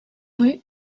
rue